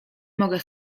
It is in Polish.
mogę